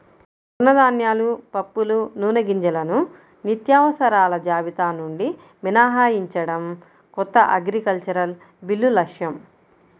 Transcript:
తృణధాన్యాలు, పప్పులు, నూనెగింజలను నిత్యావసరాల జాబితా నుండి మినహాయించడం కొత్త అగ్రికల్చరల్ బిల్లు లక్ష్యం